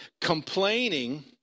complaining